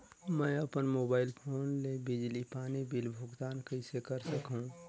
मैं अपन mobile phone ले बिजली पानी बिल भुगतान कइसे कर सकहुं?